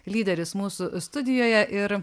lyderis mūsų studijoje ir